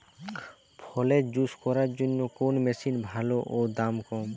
ফলের জুস করার জন্য কোন মেশিন ভালো ও দাম কম?